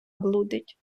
блудить